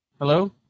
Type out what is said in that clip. Hello